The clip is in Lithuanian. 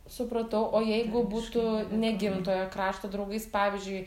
supratau o jeigu būtų ne gimtojo krašto draugais pavyzdžiui